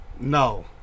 No